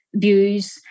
views